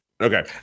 okay